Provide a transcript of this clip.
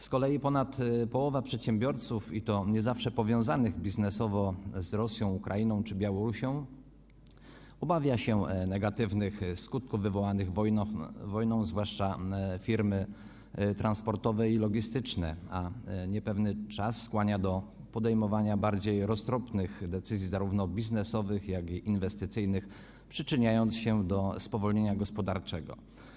Z kolei ponad połowa przedsiębiorców, i to nie zawsze powiązanych biznesowo z Rosją, Ukrainą czy Białorusią, obawia się negatywnych skutków wywołanych wojną, zwłaszcza firmy transportowe i logistyczne, a niepewny czas skłania do podejmowania bardziej roztropnych decyzji zarówno biznesowych, jak i inwestycyjnych, przyczyniając się do spowolnienia gospodarczego.